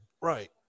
Right